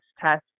test